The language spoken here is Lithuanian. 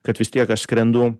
kad vis tiek aš skrendu